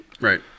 Right